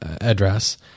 address